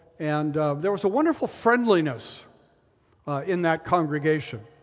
and there was a wonderful friendliness in that congregation.